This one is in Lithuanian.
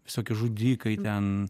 visokie žudikai ten